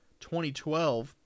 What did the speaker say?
2012